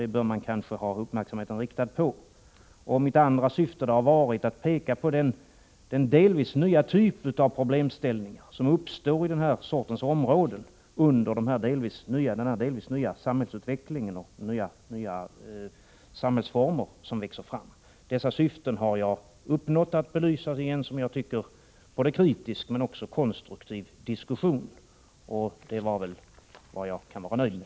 Det bör man kanske ha uppmärksamheten riktad på. Mitt andra syfte var att peka på den delvis nya typ av problemställningar som uppstår i denna sorts områden under den delvis nya samhällsutveckling och de nya samhällsformer som växer fram. Dessa syften har jag uppnått. De har belysts i en, som jag tycker, kritisk men också konstruktiv diskussion. Och det är väl något som jag kan vara nöjd med.